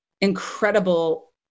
incredible